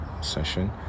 session